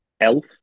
elf